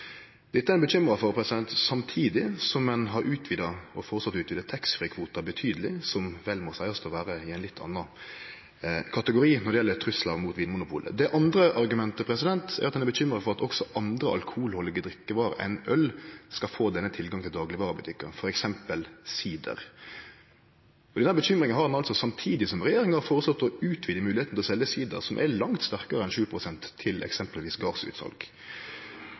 Dette er ein bekymra for, samtidig som ein har utvida – og føreslått å utvide – taxfree-kvoten betydeleg, som vel må seiast å vere i ein litt annan kategori når det gjeld truslar mot Vinmonopolet. Det andre argumentet er at ein er bekymra for at også andre alkoholhaldige drikkevarer enn øl skal få ein slik tilgang til daglegvarebutikkar, f.eks. sider. Denne bekymringa har ein altså samtidig som regjeringa har føreslått å utvide moglegheita til å selje sider – som er langt sterkare enn 7 pst. – frå eksempelvis